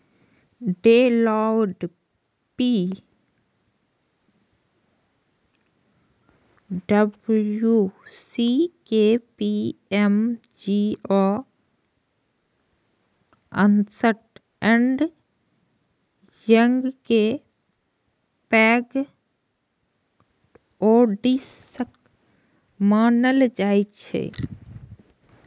Deloitte, पी.डब्ल्यू.सी, KPMG आ Ernst and Young कें पैघ ऑडिटर्स मानल जाइ छै